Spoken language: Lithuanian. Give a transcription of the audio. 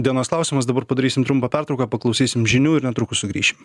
dienos klausimas dabar padarysim trumpą pertrauką paklausysim žinių ir netrukus sugrįšim